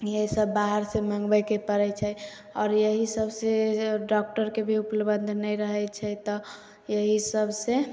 यही सब बाहर से मँगबैके परै छै आओर यही सबसे डॉक्टरके भी उपलब्धता नहि रहै छै तऽ एहि सब से